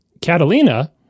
catalina